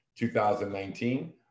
2019